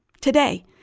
today